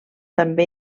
també